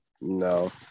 no